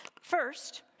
First